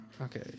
Okay